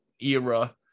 era